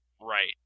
Right